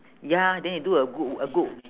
ya then you do a good a good